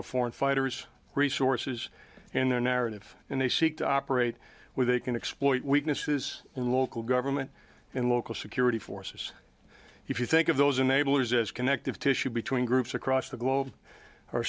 of foreign fighters resources and their narrative and they seek to operate where they can exploit weaknesses in local government and local security forces if you think of those enablers as connective tissue between groups across the globe